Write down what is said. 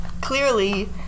clearly